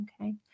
okay